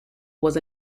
was